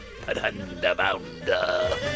underbounder